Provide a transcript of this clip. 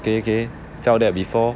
okay okay tell that before